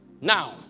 Now